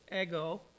ego